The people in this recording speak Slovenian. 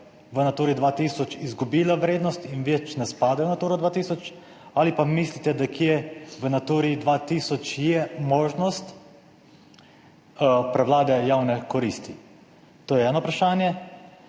v Naturi 2000 izgubila vrednost in več ne spada v Naturo 2000? Ali pa mislite, da kje v Naturi 2000 je možnost prevlade javne koristi? To je eno vprašanje.